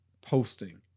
posting